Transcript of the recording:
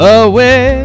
away